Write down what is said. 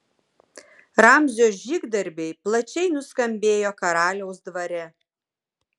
ramzio žygdarbiai plačiai nuskambėjo karaliaus dvare